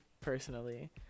personally